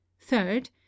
third